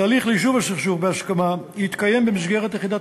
התהליך ליישוב הסכסוך בהסכמה יתקיים במסגרת יחידת